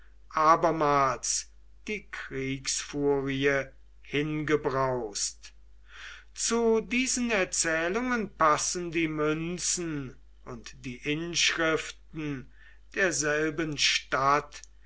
abermals die kriegsfurie hingebraust zu diesen erzählungen passen die münzen und die inschriften derselben stadt